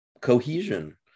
cohesion